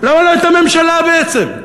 למה לא את הממשלה, בעצם?